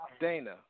Dana